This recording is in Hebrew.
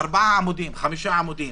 4, 5 עמודים,